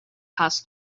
passed